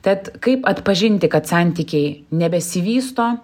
tad kaip atpažinti kad santykiai nebesivysto